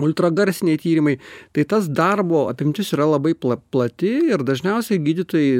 ultragarsiniai tyrimai tai tas darbo apimtis yra labai pla plati ir dažniausiai gydytojai